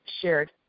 shared